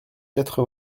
quatre